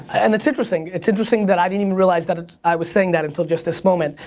and it's interesting, it's interesting that i didn't even realize that i was saying that until just this moment.